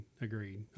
agreed